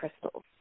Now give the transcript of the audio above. crystals